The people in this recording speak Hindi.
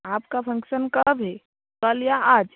आपका फंक्सन कब है कल या आज